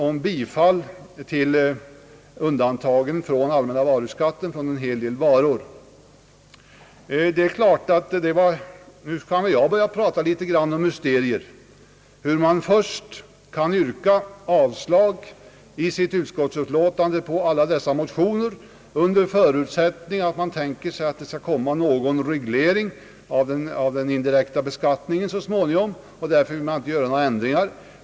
Nu är det väl min tur att börja tala om mysterier! Man yrkar först i sitt utskottsutlåtande avslag på alla dessa motioner under den förutsättningen, att man tänker sig att det så småningom skall komma någon reglering av den indirekta beskattningen och därför inte vill göra några ändringar.